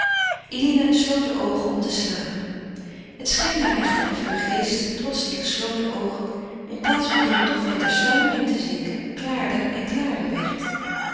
eline sloot de oogen om te slapen het scheen haar echter of heur geest trots die gesloten oogen in plaats van in de dofheid der sluimering te zinken klaarder en klaarder werd